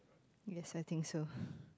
yes I think so